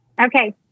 Okay